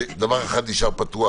שדבר אחד נשאר פתוח,